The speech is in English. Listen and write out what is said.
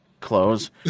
Clothes